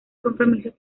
compromisos